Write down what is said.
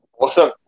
awesome